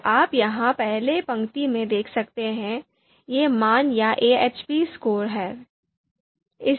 तो आप यहाँ पहली पंक्ति में देख सकते हैं ये मान या AHP स्कोर हैं